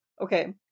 Okay